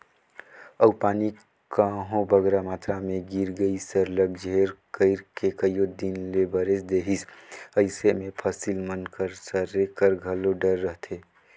अउ पानी कहांे बगरा मातरा में गिर गइस सरलग झेर कइर के कइयो दिन ले बरेस देहिस अइसे में फसिल मन कर सरे कर घलो डर रहथे